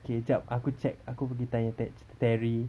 K jap aku check aku pergi tanya te~ terry